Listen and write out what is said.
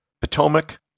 Potomac